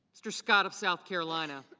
mr. scott of south carolina.